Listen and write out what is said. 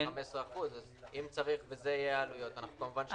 אז אם צריך ואלה יהיו העלויות כמובן שנבוא עוד פעם.